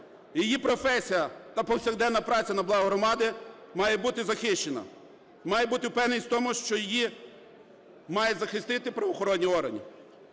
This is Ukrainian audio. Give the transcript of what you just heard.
її професія та повсякденна праця на благо громади має бути захищена. Має бути впевненість в тому, що її мають захистити правоохоронні органи.